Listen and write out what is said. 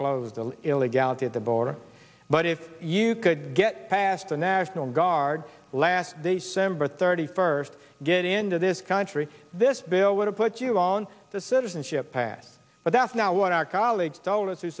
closed illegality at the border but if you could get past the national guard last the sembler thirty first get into this country this bill would have put you on the citizenship pass but that's not what our colleagues told us w